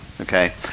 Okay